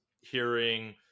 hearing